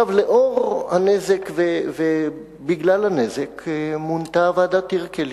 לנוכח הנזק ובגלל הנזק מונתה ועדת-טירקל.